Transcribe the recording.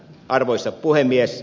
arvoisa puhemies